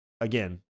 again